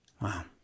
Wow